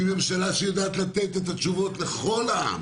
והיא יודעת לתת את התשובות לכל העם,